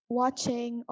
watching